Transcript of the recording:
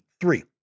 three